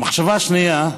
במחשבה שנייה,